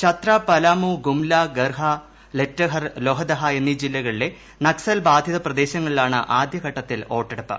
ഛത്ര പലാമു ഗുംല ഗർഹ ലെറ്റഹർ ലൊഹദഹ എന്നീ ജില്ലകളിലെ നക്സൽ ബാധിത പ്രദേശങ്ങളിലാണ് ആദ്യഘട്ടത്തിൽ വോട്ടെടുപ്പ്